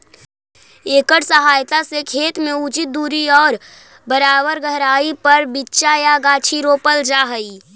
एकर सहायता से खेत में उचित दूरी और बराबर गहराई पर बीचा या गाछी रोपल जा हई